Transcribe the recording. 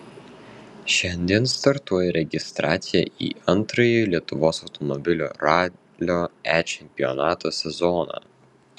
šiandien startuoja registracija į antrąjį lietuvos automobilių ralio e čempionato sezoną